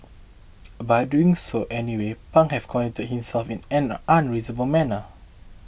by doing so anyway Pang had conducted himself in an unreasonable manner